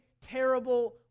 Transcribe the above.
terrible